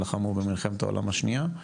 לחמו במלחמת העולם השנייה.